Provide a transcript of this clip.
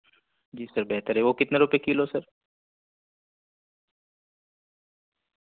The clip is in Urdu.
جی سر بہتر ہے وہ کتنے روپے کلو سر